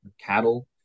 cattle